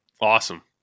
Awesome